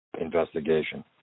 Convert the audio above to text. investigation